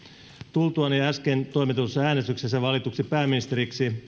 tultuani äsken toimitetussa äänestyksessä valituksi pääministeriksi